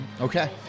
Okay